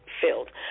filled